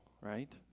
right